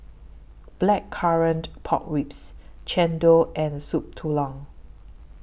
Blackcurrant Pork Ribs Chendol and Soup Tulang